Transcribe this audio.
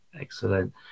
Excellent